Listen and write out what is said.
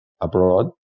abroad